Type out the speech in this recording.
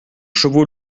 chevaux